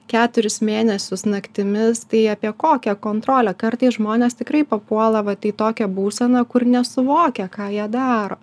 keturis mėnesius naktimis tai apie kokią kontrolę kartais žmonės tikrai papuola vat į tokią būseną kur nesuvokia ką jie daro